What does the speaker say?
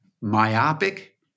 myopic